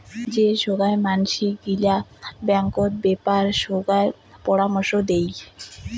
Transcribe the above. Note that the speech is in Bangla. যে সোগায় মানসি গিলা ব্যাঙ্কত বেপার সোগায় পরামর্শ দেই